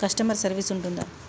Customer service ఉంటుందా?